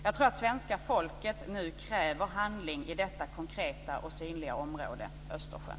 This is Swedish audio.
Jag tror att svenska folket nu kräver handling i detta konkreta och synliga område - Östersjön.